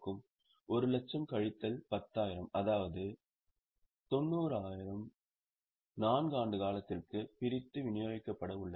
1 லட்சம் கழித்தல் 10000 அதாவது 90000 4 ஆண்டு காலத்திற்கு பிரித்து விநியோகிக்கப்பட உள்ளது